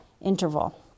interval